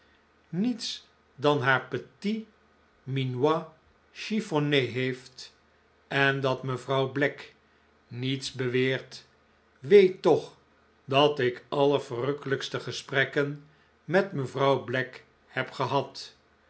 niets dan haar petit minois chiffonne heeft en dat mevrouw black niets beweert weet toch dat ik allerverrukkelijkste gesprekken met mevrouw black heb gehad